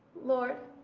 lord,